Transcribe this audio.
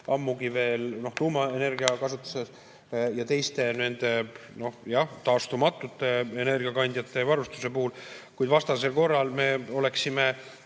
ammugi veel tuumaenergia kasutuses ja teiste taastumatute energiakandjate varustuse puhul, vastasel korral me oleksime